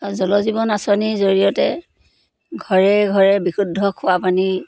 জলজীৱন আঁচনিৰ জৰিয়তে ঘৰে ঘৰে বিশুদ্ধ খোৱা পানী